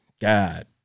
God